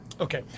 Okay